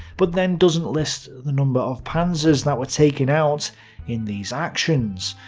but then doesn't list the number of panzers that were taken out in these actions,